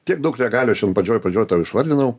tiek daug regalijos šian pačioj pradžioj išvardinau